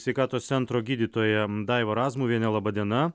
sveikatos centro gydytoja daiva razmuvienė laba diena